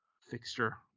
fixture